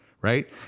right